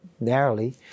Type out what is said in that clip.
narrowly